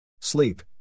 Sleep